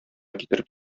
китереп